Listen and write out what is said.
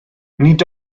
nid